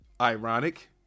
ironic